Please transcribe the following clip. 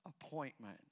appointment